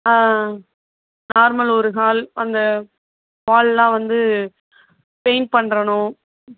ஆ normal ஒரு hall அந்த ஹாலெலாம் வந்து பெயிண்ட் பண்ணணும்